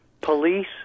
police